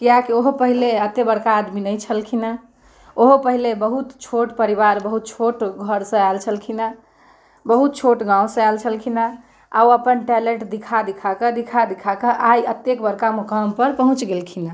किएक कि ओहो पहिले एते बड़का आदमी नहि छलखिन हँ ओहो पहिले बहुत छोट परिवार बहुत छोट घरसँ आयल छलखिनहँ बहुत छोट गाँवसँ आयल छलखिनहँ आओर ओ अपन टैलेन्ट दिखा दिखा कऽ दिखा दिखा कऽ आइ अतेक बड़का मुकामपर पहुँच गेलखिनहँ